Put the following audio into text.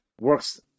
works